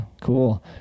cool